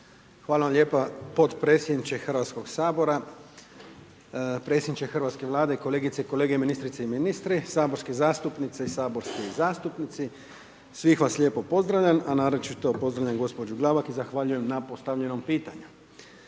Hvala lijepo potpredsjedniče Hrvatskog sabora. Predsjedniče hrvatske Vlade, kolegice i kolege, ministrice i ministri, saborski zastupnice i saborski zastupnici, svih vas lijepo pozdravljam, a naročito pozdravljam gospođu Glavak i zahvaljujem na postavljenom pitanju.